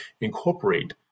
incorporate